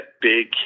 big